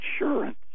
insurance